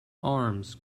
arms